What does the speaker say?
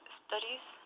studies